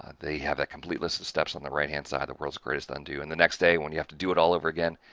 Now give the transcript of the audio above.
they have that complete list of steps on the right hand side the world's greatest undo. and, the next day, when you have to do it all over again,